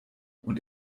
und